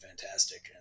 fantastic